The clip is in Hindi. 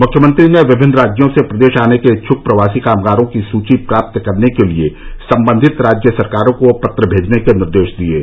मुख्यमंत्री ने विभिन्न राज्यों से प्रदेश आने के इच्छुक प्रवासी कामगारों की सुची प्राप्त करने के लिए संबंधित राज्य सरकारों को पत्र भेजने के निर्देश दिए हैं